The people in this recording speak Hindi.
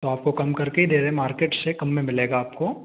तो आपको कम करके ही दे रहे हैं मार्केट से कम में मिलेगा आपको